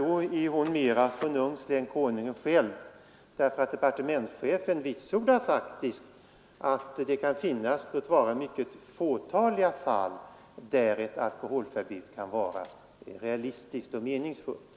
Då är hon mer konungslig än konungen själv, därför att departementschefen vitsordar faktiskt att det kan finnas — låt vara mycket fåtaliga — fall där ett alkoholförbud kan vara realistiskt och meningsfullt.